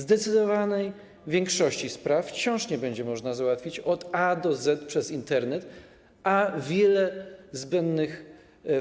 Zdecydowanej większości spraw wciąż nie będzie można załatwić od A do Z przez Internet, a wiele zbędnych